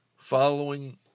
Following